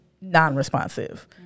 non-responsive